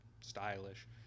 stylish